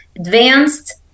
advanced